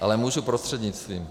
Ale můžu prostřednictvím.